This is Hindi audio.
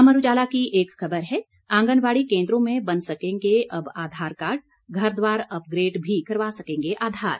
अमर उजाला की एक खबर है आंगनबाड़ी केंद्रों में बन सकेंगे अब आधार कार्ड घर द्वार अपग्रेड भी करवा सकेंगे आधार